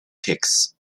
texts